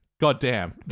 goddamn